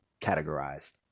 categorized